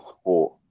sport